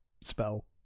spell